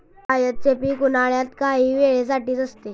जायदचे पीक उन्हाळ्यात काही वेळे साठीच असते